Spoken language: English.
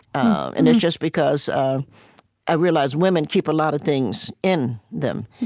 and it's just because i realize women keep a lot of things in them.